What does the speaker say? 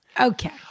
Okay